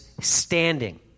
standing